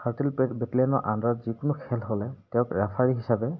thirteen বেটেলিয়নৰ আণ্ডাৰত যিকোনো খেল হ'লে তেওঁক ৰেফাৰী হিচাপে